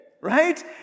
right